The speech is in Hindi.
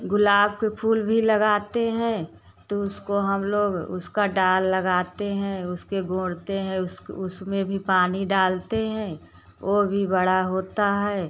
गुलाब के फूल भी लगाते हैं तो उसको हम लोग उसका डाल लगाते हैं उसके गोंड़ते हैं उस उसमें भी पानी डालते हैं वो भी बड़ा होता है